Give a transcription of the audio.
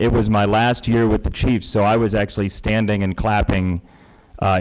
it was my last year with the chief, so i was actually standing and clapping